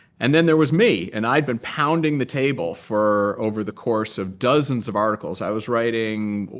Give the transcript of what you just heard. and then there was me. and i'd been pounding the table for over the course of dozens of articles. i was writing,